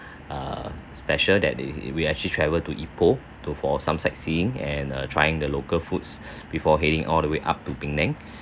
err special that they we actually travel to ipoh to for some sightseeing and uh trying the local foods before heading all the way up to penang